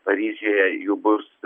paryžiuje jų bus